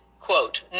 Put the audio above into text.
quote